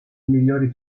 migliori